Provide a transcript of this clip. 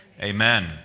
Amen